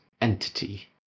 entity